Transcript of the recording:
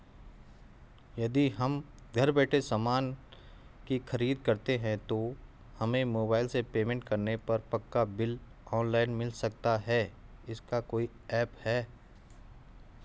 यदि हम घर बैठे सामान की खरीद करते हैं तो हमें मोबाइल से पेमेंट करने पर पक्का बिल ऑनलाइन मिल सकता है इसका कोई ऐप है